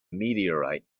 meteorite